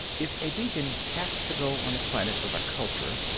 if a beacon has to go on a planet with a culture,